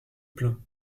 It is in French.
plaint